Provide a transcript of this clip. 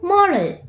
Moral